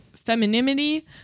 femininity